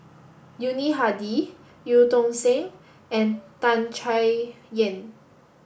Yuni Hadi Eu Tong Sen and Tan Chay Yan